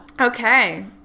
Okay